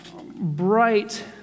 bright